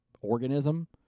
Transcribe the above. organism